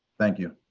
thank you.